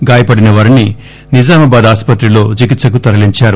గాయపడ్లవారిని నిజామాబాద్ ఆసుపత్రిలో చికిత్సకు తరలించారు